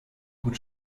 gut